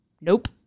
nope